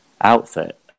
outfit